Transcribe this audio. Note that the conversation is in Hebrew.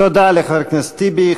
תודה לחבר הכנסת טיבי.